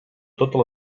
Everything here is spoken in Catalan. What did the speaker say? totes